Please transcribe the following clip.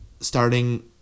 starting